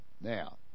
Now